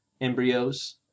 embryos